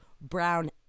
brown